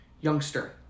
youngster